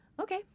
Okay